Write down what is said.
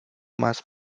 más